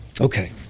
Okay